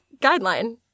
guideline